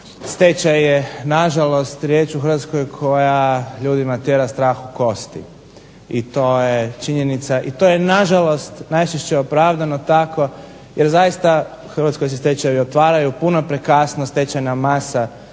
Stečaj je nažalost riječ u Hrvatskoj koja ljudima tjera strah u kosti i to je činjenica i to je nažalost najčešće opravdano tako jer zaista u Hrvatskoj se stečajevi otvaraju puno prekasno, stečajna masa